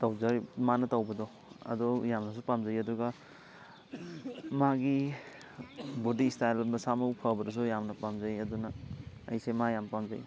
ꯃꯥꯅ ꯇꯧꯕꯗꯣ ꯑꯗꯨ ꯌꯥꯝꯅꯁꯨ ꯄꯥꯝꯖꯩ ꯑꯗꯨꯒ ꯃꯥꯒꯤ ꯕꯣꯗꯤ ꯏꯁꯇꯥꯏꯜ ꯃꯁꯥ ꯃꯎ ꯐꯕꯗꯨꯁꯨ ꯌꯥꯝꯅ ꯄꯥꯝꯖꯩ ꯑꯗꯨꯅ ꯑꯩꯁꯦ ꯃꯥ ꯌꯥꯝ ꯄꯥꯝꯖꯩ